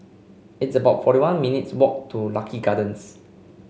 it's about forty one minutes' walk to Lucky Gardens